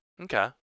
Okay